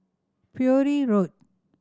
Bury Road